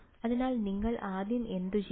അതിനാൽ നിങ്ങൾ ആദ്യം എന്തുചെയ്യും